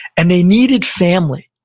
and they needed family,